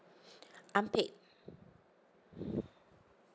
unpaid